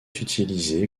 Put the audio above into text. utiliser